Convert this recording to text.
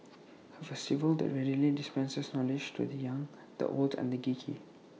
A festival that readily dispenses knowledge to the young the old and the geeky